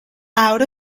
out